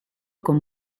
con